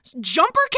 jumper